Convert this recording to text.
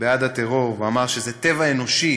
בעד הטרור, ואמר שזה טבע אנושי